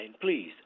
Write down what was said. please